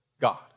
God